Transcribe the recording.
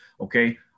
okay